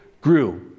grew